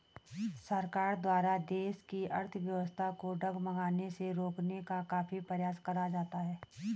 सरकार द्वारा देश की अर्थव्यवस्था को डगमगाने से रोकने का काफी प्रयास करा जाता है